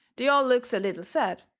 they all looks a little sad,